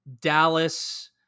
Dallas